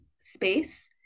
space